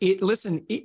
listen